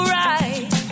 right